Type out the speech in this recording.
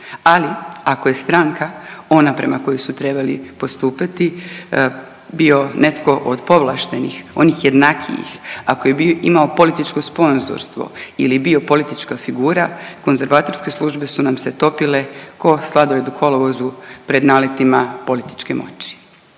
ali ako je stranka ona prema kojoj su trebali postupati bio netko od povlaštenih, onih jednakijih, ako je imao političko sponzorstvo ili bio politička figura, konzervatorske službe su nam se topile ko sladoled u kolovozu pred naletima političke moći.